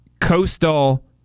Coastal